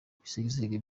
ibisigisigi